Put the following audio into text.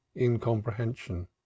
incomprehension